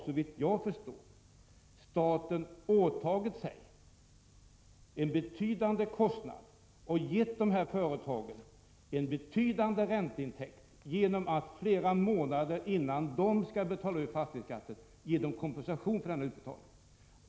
Såvitt jag förstår har staten åtagit sig en avsevärd kostnad och gett dessa företag en betydande ränteintäkt genom att de flera månader innan de skall betala ut fastighetsskatten får kompensation för denna utbetalning.